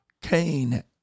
Cain